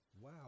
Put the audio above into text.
Wow